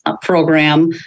program